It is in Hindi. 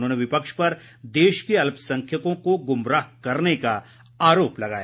उन्होंने विपक्ष पर देश के अल्पसंख्यकों को गुमराह करने का आरोप लगाया